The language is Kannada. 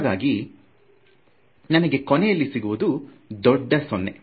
ಹಾಗಾಗಿ ನನಗೆ ಕೊನೆಯಲ್ಲಿ ಸಿಗುವುದು ದೊಡ್ಡ ಸೊನ್ನೆ